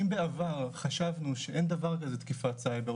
אם בעבר חשבנו שאין דבר כזה תקיפת סייבר,